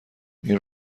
این